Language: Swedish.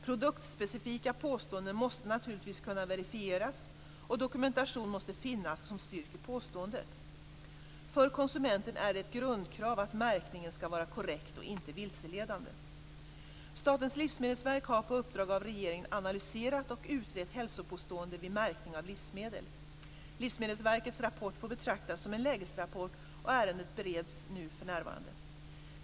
Produktspecifika påståenden måste naturligtvis kunna verifieras, och dokumentation måste finnas som styrker påståendet. För konsumenten är det ett grundkrav att märkningen skall vara korrekt och inte vilseledande. Statens livsmedelsverk har på uppdrag av regeringen analyserat och utrett hälsopåståenden vid märkning av livsmedel. Livsmedelsverkets rapport får betraktas som en lägesrapport, och ärendet bereds för närvarande.